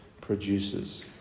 produces